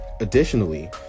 additionally